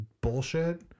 bullshit